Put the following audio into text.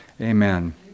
Amen